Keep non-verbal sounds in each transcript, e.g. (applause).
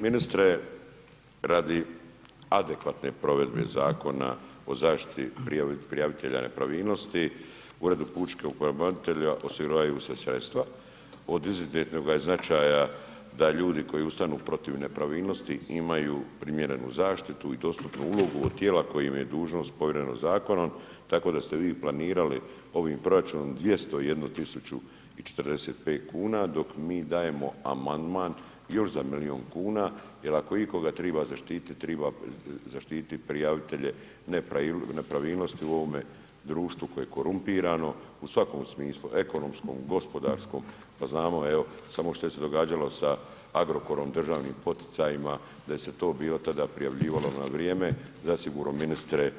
Ministre, radi adekvatne provedbe Zakona o zaštiti prijavitelja nepravilnosti, Ured pučkog pravobranitelja osiguravaju se sredstva od izuzetnoga značaja da ljudi koju stanu protiv nepravilnosti, imaju primjerenu zaštitu i dostupnu ulogu od tijela kojima je dužnost povjerena zakonom, tako da ste vi planirali ovim proračunom 201 045 kn dok mi dajemo amandman još za milijun kuna jer a ko ikoga treba zaštititi, treba zaštitit prijavitelje nepravilnosti u ovome društvu koje je korumpirano, u svakom smislu, ekonomskom, gospodarskom, pa znamo evo samo što se događalo sa Agrokorom, državnim poticajima da se to bilo tada prijavljivalo na vrijeme, zasigurno ministre,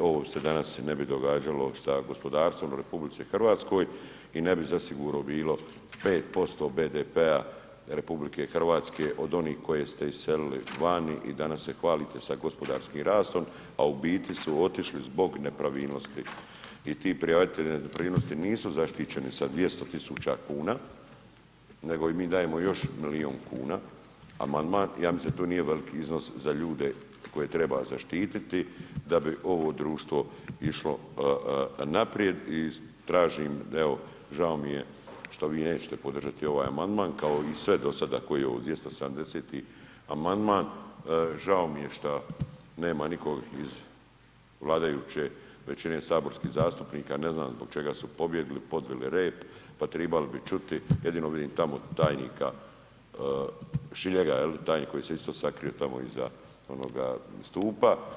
ovo se danas ne bi događalo sa gospodarstvom u RH i ne bi zasigurno bilo 5% BDP-a RH od onih koje ste iselili vani i danas se hvalite sa gospodarskim rastom a u biti su otišli zbog nepravilnosti i ti prijavitelji ... (unintelligible) nisu zaštićeni sa 200 000 kn nego im mi dajemo još milijun kuna, amandman, ja mislim da to nije veliki iznos za ljude koje treba zaštititi da bi ovo društvo išlo naprijed i tražim evo, žao mi je što vi nećete podržati ovaj amandman kao i sve do sada, koji je ovo, 270. amandman, žao mi je šta nema nikog iz vladajuće većine saborskih zastupnika, ne znam zbog čega su pobjegli, podvili rep, pa trebali bi čuti, jedino vidim tamo tajnika Šiljega, jel, tajnik koji se isto sakrio tamo iza onoga stupa.